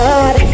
God